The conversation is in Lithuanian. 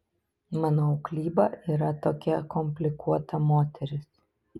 mano auklyba yra tokia komplikuota moteris